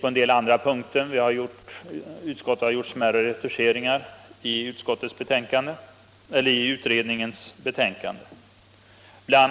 På en del andra punkter har utskottet gjort smärre retuscheringar i utredningens betänkande. BI.